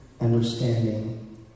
understanding